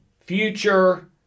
future